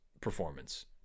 performance